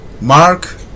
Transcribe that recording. Mark